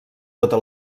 tota